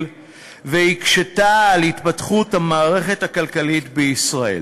והקשתה על התפתחות המערכת הכלכלית בישראל.